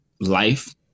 life